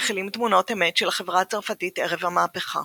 מכילים תמונות אמת של החברה הצרפתית ערב המהפכה".